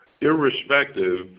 irrespective